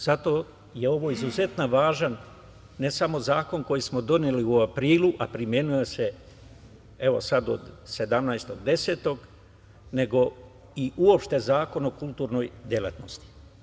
Zato je ovo izuzetno važan ne samo zakon koji smo doneli u aprilu, a primenjuje se sada od 17.10. nego i uopšte Zakon o kulturnoj delatnosti.